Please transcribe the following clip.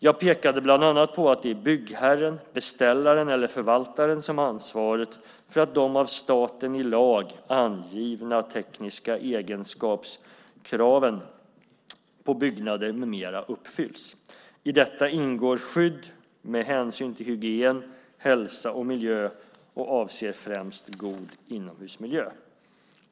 Jag pekade bland annat på att det är byggherren, beställaren eller förvaltaren som har ansvaret för att de av staten i lag angivna tekniska egenskapskraven på byggnader med mera uppfylls. I detta ingår skydd med hänsyn till hygien, hälsa och miljö och avser främst god inomhusmiljö.